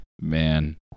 man